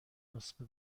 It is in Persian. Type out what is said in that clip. نسخه